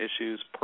issues